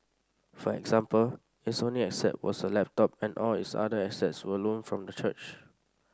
for example its only asset was a laptop and all its other assets were loaned from the church